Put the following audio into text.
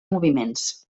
moviments